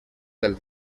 del